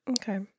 Okay